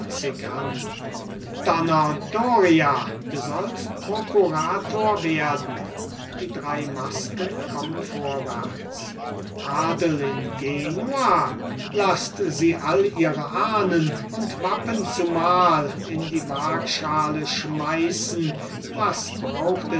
und doria du sollst prokurator werden die drei masken kommen vorwärts adel in genua laßt sie all ihre ahnen und wappen zumal in die waagschale schmeißen was braucht